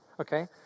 Okay